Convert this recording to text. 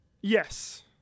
yes